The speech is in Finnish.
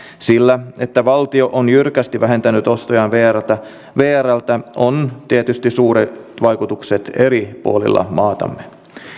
sillä että valtio on jyrkästi vähentänyt ostojaan vrltä vrltä on tietysti suuret vaikutukset eri puolilla maatamme